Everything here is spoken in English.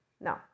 No